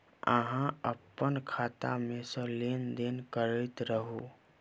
अहाँ अप्पन खाता मे सँ लेन देन करैत रहू?